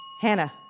hannah